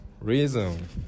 reason